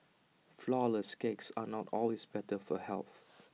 Flourless Cakes are not always better for health